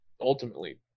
ultimately